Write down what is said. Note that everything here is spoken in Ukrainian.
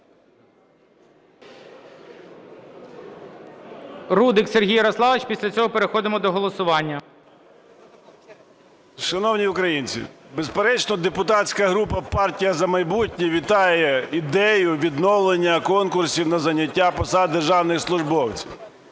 Рудик Сергій Ярославович. Після цього переходимо до голосування. 13:08:19 РУДИК С.Я. Шановні українці, безперечно, депутатська група "Партія "За майбутнє" вітає ідею відновлення конкурсів на зайняття посад державних службовців.